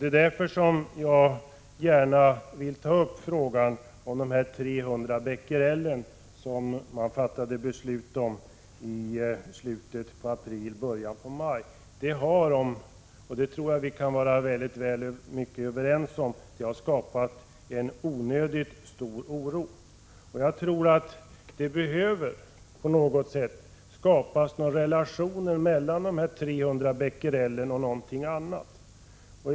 Jag tar först upp beslutet att sätta gränsvärdet vid 300 Bq, som fattades i slutet av april eller början av maj. Jag tror vi kan vara överens om att detta gränsvärde har skapat en onödigt stor oro. Jag tror att detta gränsvärde behöver sättas i relation till någonting annat.